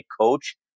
coach